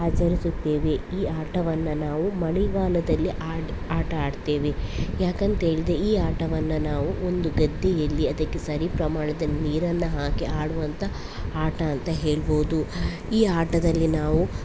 ಆಚರಿಸುತ್ತೇವೆ ಈ ಆಟವನ್ನು ನಾವು ಮಳೆಗಾಲದಲ್ಲಿ ಆಡು ಆಟ ಆಡ್ತೇವೆ ಯಾಕಂತೇಳಿದರೆ ಈ ಆಟವನ್ನು ನಾವು ಒಂದು ಗದ್ದೆಯಲ್ಲಿ ಅದಕ್ಕೆ ಸರಿ ಪ್ರಮಾಣದ ನೀರನ್ನು ಹಾಕಿ ಆಡುವಂಥ ಆಟ ಅಂತ ಹೇಳ್ಬೋದು ಈ ಆಟದಲ್ಲಿ ನಾವು